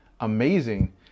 amazing